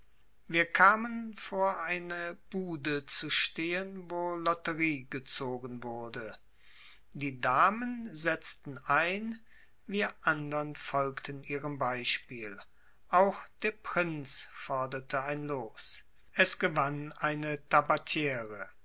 wir kamen vor eine bude zu stehen wo lotterie gezogen wurde die damen setzten ein wir andern folgten ihrem beispiel auch der prinz forderte ein los es gewann eine tabatiere